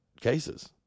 cases